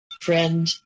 friend